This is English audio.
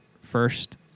First